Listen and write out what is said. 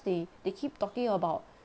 they they keep talking about